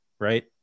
right